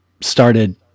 started